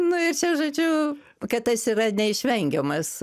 nu ir čia žodžiu kad tas yra neišvengiamas